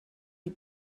die